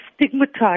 stigmatized